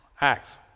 Acts